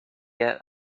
yet